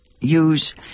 use